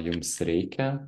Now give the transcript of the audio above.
jums reikia